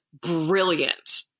brilliant